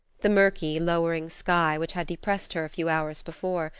the murky, lowering sky, which had depressed her a few hours before,